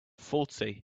faulty